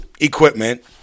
equipment